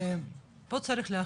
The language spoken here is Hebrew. פה צריך להחליט,